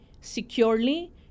securely